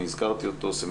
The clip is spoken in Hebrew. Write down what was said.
גם כנסים,